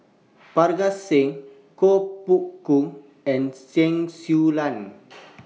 Parga Singh Koh Poh Koon and Chen Su Lan